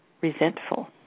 resentful